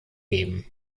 geben